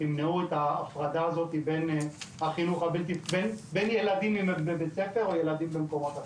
תמנעו את ההפרדה הזאת בין ילדים אם הם בבית ספר או ילדים במקומות אחרים.